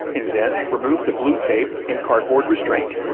and then remove the blue tape and cardboard restraint.